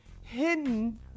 hidden